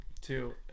two